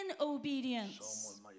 obedience